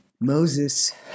Moses